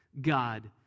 God